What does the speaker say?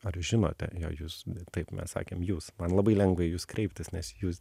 ar žinote jei jūs taip mes sakėm jūs man labai lengva į jus kreiptis nes jūs